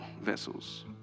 vessels